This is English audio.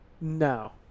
no